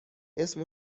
اسم